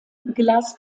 glas